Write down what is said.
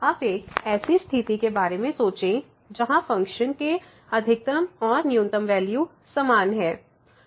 अब एक ऐसी स्थिति के बारे में सोचें जहां फ़ंक्शन के अधिकतम और न्यूनतम वैल्यू समान है